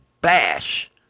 bash